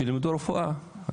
שילמדו רפואה,